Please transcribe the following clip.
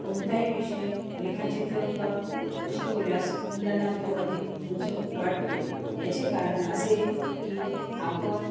कोणताही विषय रेखाचित्र रूपात शिकवल्यास मुलांना तो अधिक रोचक वाटतो याचे कारण असे की आपण